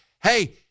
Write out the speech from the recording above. hey